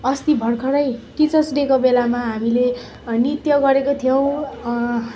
अस्ति भर्खर टिचर्स डेको बेलामा हामीले नृत्य गरेको थियौँ